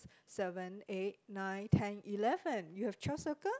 seven eight nine ten eleven you have twelve circle